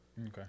Okay